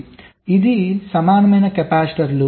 కాబట్టి ఇది సమానమైన కెపాసిటర్లు